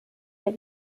der